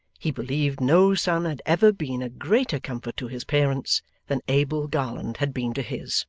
he believed no son had ever been a greater comfort to his parents than abel garland had been to his